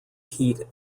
heat